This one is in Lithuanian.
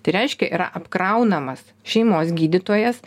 tai reiškia yra apkraunamas šeimos gydytojas